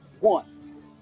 One